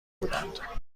بودند